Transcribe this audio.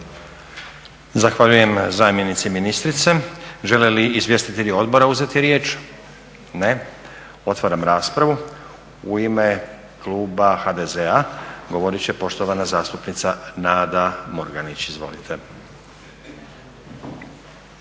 Zahvaljujem zamjenici ministrice. Žele li izvjestitelji odbora uzeti riječ? Ne. Otvaram raspravu. U ime kluba HDZ-a govorit će poštovana zastupnica Nada Murganić. Izvolite.